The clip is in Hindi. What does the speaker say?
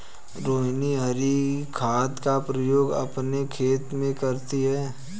रोहिनी हरी खाद का प्रयोग अपने खेत में करती है